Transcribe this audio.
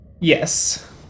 Yes